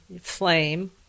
flame